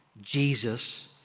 Jesus